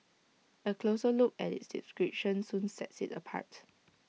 A closer look at its description soon sets IT apart